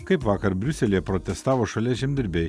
kaip vakar briuselyje protestavo šalies žemdirbiai